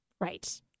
Right